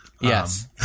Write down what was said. Yes